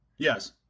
Yes